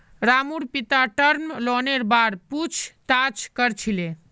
रामूर पिता टर्म लोनेर बार पूछताछ कर छिले